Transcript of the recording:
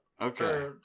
Okay